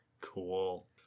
Cool